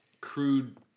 crude